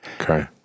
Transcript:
Okay